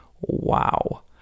wow